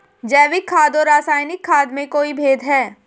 जैविक खाद और रासायनिक खाद में कोई भेद है?